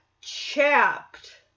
chapped